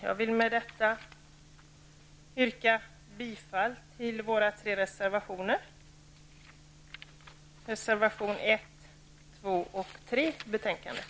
Jag vill med detta yrka bifall till våra tre reservationer: reservationerna 1, 2 och 3 i betänkandet.